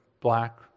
black